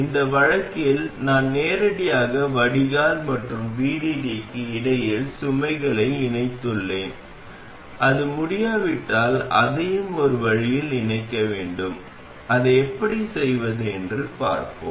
இந்த வழக்கில் நான் நேரடியாக வடிகால் மற்றும் VDD க்கு இடையில் சுமைகளை இணைத்துள்ளேன் அது முடியாவிட்டால் அதையும் ஒரு வழியில் இணைக்க வேண்டும் அதை எப்படி செய்வது என்று பார்ப்போம்